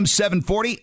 740